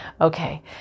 Okay